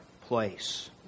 place